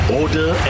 order